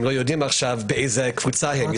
עכשיו הם לא יודעים לאיזו קבוצה הם משתייכים,